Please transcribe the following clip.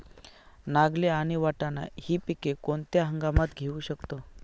नागली आणि वाटाणा हि पिके कोणत्या हंगामात घेऊ शकतो?